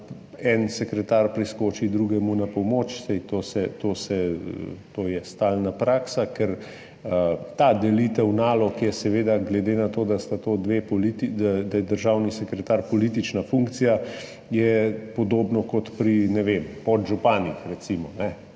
en sekretar priskoči drugemu na pomoč. Saj to je stalna praksa. Ta delitev nalog je seveda, glede na to, da je državni sekretar politična funkcija, podobna kot pri, ne vem, podžupanih, recimo.